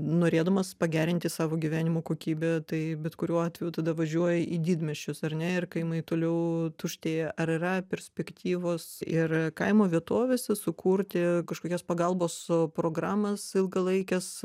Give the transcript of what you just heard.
norėdamas pagerinti savo gyvenimo kokybę tai bet kuriuo atveju tada važiuoji į didmiesčius ar ne ir kaimai toliau tuštėja ar yra perspektyvos ir kaimo vietovėse sukurti kažkokias pagalbos programas ilgalaikes